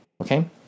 okay